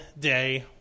day